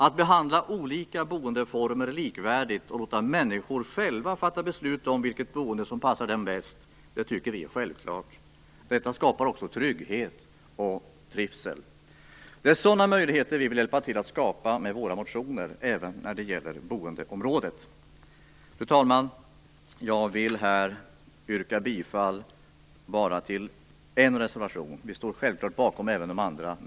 Att behandla olika boendeformer likvärdigt och låta människor själva fatta beslut om vilket boende som passar dem bäst tycker vi är självklart. Detta skapar också trygghet och trivsel. Det är sådana möjligheter vi vill hjälpa till att skapa med våra motioner, även när det gäller boendeområdet. Fru talman! Jag vill yrka bifall bara till en reservation. Självfallet står vi även bakom våra andra reservationer.